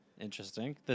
Interesting